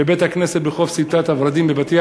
בבית-הכנסת ברחוב סמטת-הוורדים בבת-ים